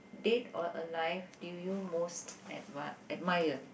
dead or alive do you most admir~ admire sorry